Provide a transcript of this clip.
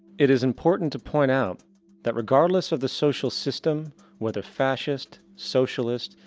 it is important to point out that regardless of the social system whether fascist, socialist,